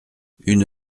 une